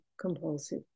compulsive